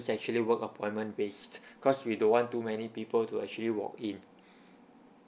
actually work appointment based because we don't want too many people to actually walk in